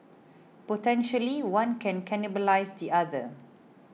potentially one can cannibalise the other